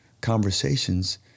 conversations